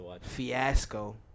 fiasco